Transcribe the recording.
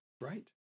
Right